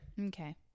Okay